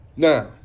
Now